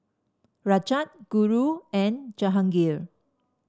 Rajat Guru and Jahangir